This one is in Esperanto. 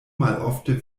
malofte